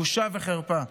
בושה וחרפה.